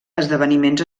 esdeveniments